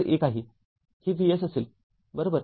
ते Vs असेल बरोबर